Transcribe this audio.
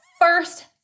first